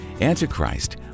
Antichrist